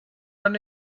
run